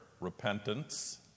repentance